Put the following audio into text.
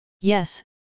Yes